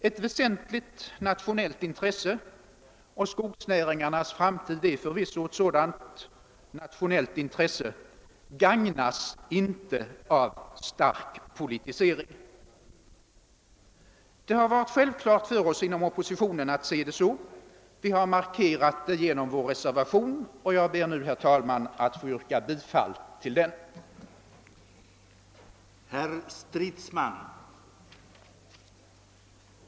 Ett väsentligt nationellt intresse — och skogsnäringarnas framtid är förvisso ett nationellt intresse — gagnas inte av stark politisering. Det har varit självklart för oss inom oppositionen att se det så. Vi har markerat detta genom vår reservation, och jag ber nu, herr talman, att få yrka bifall till den reservationen.